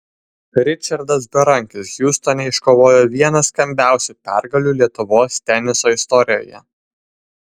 ričardas berankis hjustone iškovojo vieną skambiausių pergalių lietuvos teniso istorijoje